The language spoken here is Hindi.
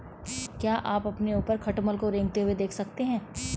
क्या आप अपने ऊपर खटमल को रेंगते हुए देख सकते हैं?